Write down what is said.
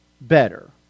better